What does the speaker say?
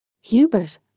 Hubert